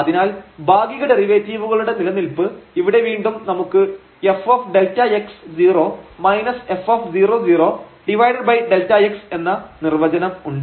അതിനാൽ ഭാഗിക ഡെറിവേറ്റീവുകളുടെ നിലനിൽപ്പ് ഇവിടെ വീണ്ടും നമുക്ക് fΔx 0 f0 0Δx എന്ന നിർവചനം ഉണ്ട്